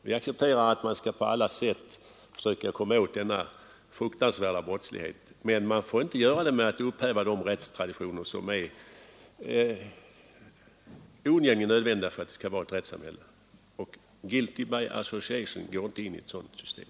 Vi accepterar att man på alla sätt skall försöka komma åt denna fruktansvärda brottslighet, men man får inte göra det genom att upphäva de rättstraditioner som är oundgängligen nödvändiga i ett rättssamhälle. ”Guilt by association” går inte in i ett sådant system.